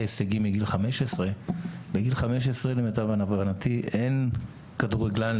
הישגי מגיל 15. בגיל 15 למיטב הבנתי אין כדורגלן,